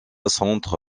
centre